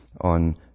on